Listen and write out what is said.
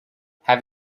have